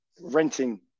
renting